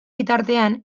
bitartean